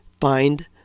find